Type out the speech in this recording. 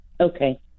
Okay